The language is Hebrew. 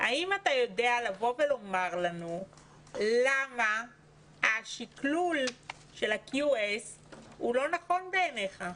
האם אתה יודע לומר לנו למה השקלול של ה-QS הוא לא נכון בעיניך?